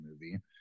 movie